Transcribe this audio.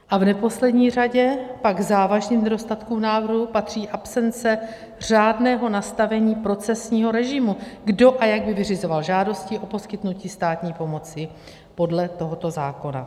A v neposlední řadě pak k závažným nedostatkům návrhu patří absence řádného nastavení procesního režimu, kdo a jak by vyřizoval žádosti o poskytnutí státní pomoci podle tohoto zákona.